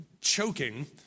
choking